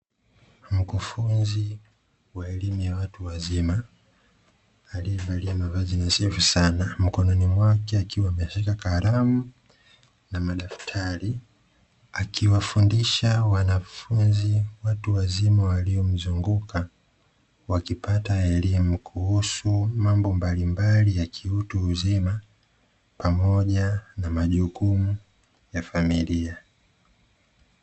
Mkufunzi wa elimu ya watu wazima aliyevalia mavazi nadhifu sana, mkononi mwake akiwa ameshika kalamu na madaftari akiwafundisha wanafunzi watu wazima waliomzunguka, wakipata elimu kuhusu mambo mbalimbali ya kiutu uzima pamoja na majukumu ya familia.